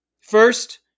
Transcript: first